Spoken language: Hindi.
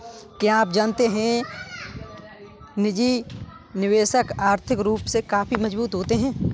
क्या आप जानते है निजी निवेशक आर्थिक रूप से काफी मजबूत होते है?